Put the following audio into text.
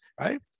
Right